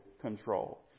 control